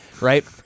right